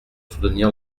soutenir